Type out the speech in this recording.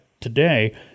today